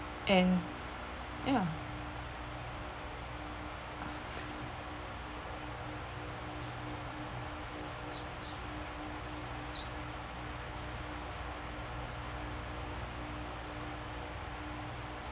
and ya